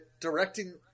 directing